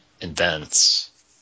invents